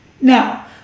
Now